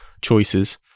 choices